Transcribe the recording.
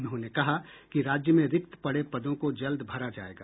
उन्होंने कहा कि राज्य में रिक्त पड़े पदों को जल्द भरा जायेगा